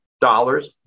dollars